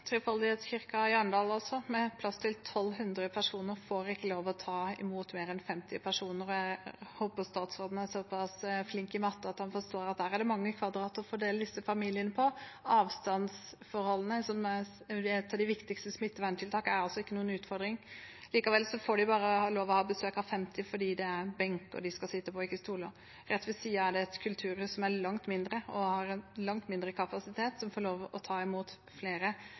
med plass til 1 200 personer får ikke lov til å ta imot mer enn 50 personer. Jeg håper statsråden er såpass flink i matte at han forstår at der er det mange kvadrat å fordele disse familiene på. Avstandsforholdene, som er et av de viktigste smitteverntiltakene, er altså ikke noen utfordring. Likevel får de bare lov til å ha besøk av 50 fordi det er benker de skal sitte på, ikke stoler. Rett ved siden av er det et kulturhus som er langt mindre, og har langt dårligere kapasitet, som får lov til å ta imot flere.